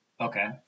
Okay